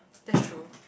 that's true